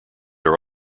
are